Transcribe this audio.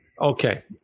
Okay